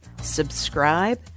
subscribe